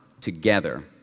together